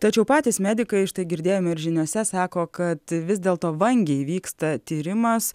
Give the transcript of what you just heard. tačiau patys medikai štai girdėjome ir žiniose sako kad vis dėlto vangiai vyksta tyrimas